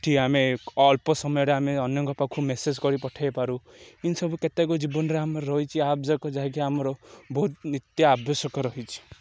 ଏଠି ଆମେ ଅଳ୍ପ ସମୟରେ ଆମେ ଅେନେକଙ୍କ ପାଖକୁ ମେସେଜ୍ କରି ପଠେଇପାରୁ ଏଇସବୁ କେତେକ ଜୀବନରେ ଆମର ରହିଛି ଆପ୍ଯାକ ଯାଇକି ଆମର ବହୁତ ନିତ୍ୟାବଶ୍ୟକ ରହିଛି